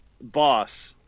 boss